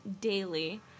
daily